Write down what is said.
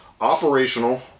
operational